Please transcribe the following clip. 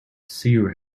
seer